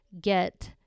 get